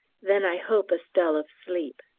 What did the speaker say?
then i hope a spell of sleep.